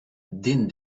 din